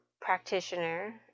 practitioner